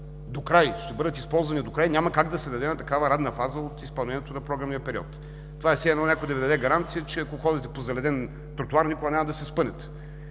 ще бъдат усвоени и използвани докрай, не може да се даде на такава ранна фаза от изпълнението на програмния период. Това е все едно някой да Ви даде гаранция, че ако ходите по заледен тротоар, никога няма да се спънете.